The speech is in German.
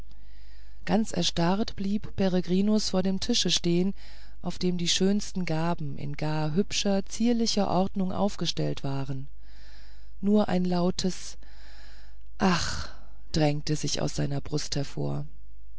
ganz erstarrt blieb peregrinus vor dem tische stehen auf dem die schönsten gaben in gar hübscher zierlicher ordnung aufgestellt waren nur ein lautes ach drängte sich aus seiner brust hervor